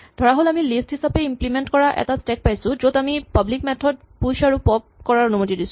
ধৰাহ'ল আমি লিষ্ট হিচাপে ইম্লিমেন্ট কৰা এটা স্টেক পাইছো য'ত আমি পাব্লিক মেথড প্যুচ আৰু পপ্ কৰাৰ অনুমতি দিছো